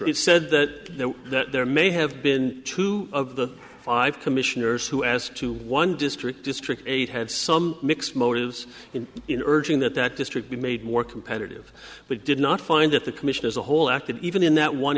it said that there may have been two of the five commissioners who as two one district district eight had some mixed motives in in urging that that district be made more competitive but did not find that the commission as a whole acted even in that one